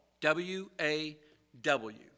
W-A-W